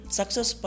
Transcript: success